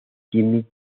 jimmy